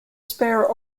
spear